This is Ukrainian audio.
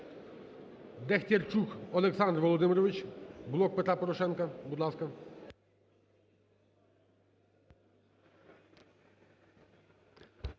Дехтярчук Олександр Володимирович, "Блок Петра Порошенка", будь ласка.